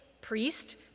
priest